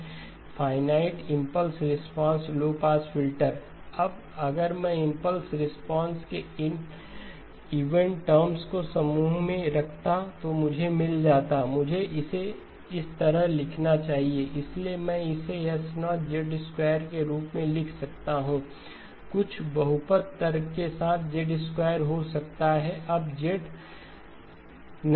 H nhnz nh0h1 z 1h2 z 2 h3 z 3 h4 z 4 h5 z 5 h6 z 6 अब अगर मैं impulse response के इन even terms को समूह में रखता तो मुझे मिल जाता h0h2 z 2 h4 z 4 h6 z 6 मुझे इसे इस तरह लिखना चाहिए h1 z 1 h3 z 3 h5 z 5z 1h1 h3 z 2 h5 z 4 इसलिए मैं इसे H0 के रूप में लिख सकता हूं कुछ बहुपद तर्क के साथ Z2 हो सकता है अब z नहीं